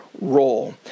role